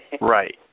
Right